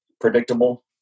predictable